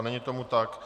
Není tomu tak.